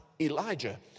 Elijah